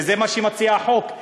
וזה מה שמציע החוק,